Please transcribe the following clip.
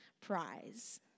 Prize